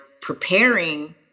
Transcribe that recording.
preparing